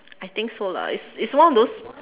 I think so lah it's it's one of those